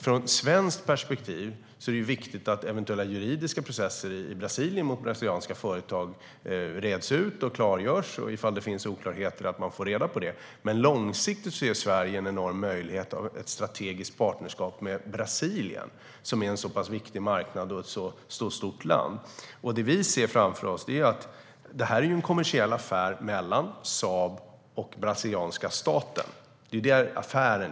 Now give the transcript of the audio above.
Från svenskt perspektiv är det viktigt att eventuella juridiska processer i Brasilien mot brasilianska företag reds ut, och om det finns oklarheter måste man få reda på det. Men långsiktigt ser Sverige en enorm möjlighet i ett strategiskt partnerskap med Brasilien, som är en viktig marknad och ett mycket stort land. Detta är en kommersiell affär mellan Saab och brasilianska staten. Där ligger själva affären.